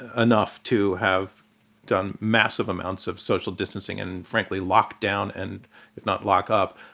ah enough to have done massive amounts of social distancing and, frankly, lock down and if not lock up,